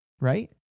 right